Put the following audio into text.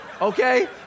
Okay